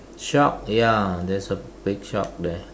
shark ya there's a big shark there